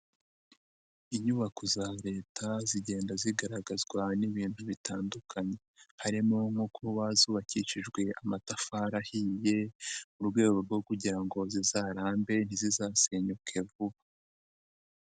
Inyubako za Leta zigenda zigaragazwa n'ibintu bitandukanye, harimo nko kuba zubakishijwe amatafari ahigiye, mu rwego rwo kugira ngo zizarambe ntizizasenyuke vuba.